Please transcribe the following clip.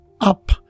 up